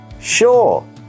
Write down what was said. Sure